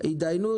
התדיינות,